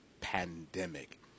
pandemic